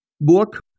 book